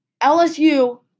LSU